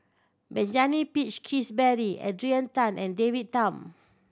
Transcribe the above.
Benjamin Peach Keasberry Adrian Tan and David Tham